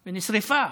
שנשרפה.